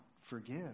forgive